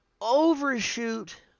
overshoot